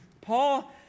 Paul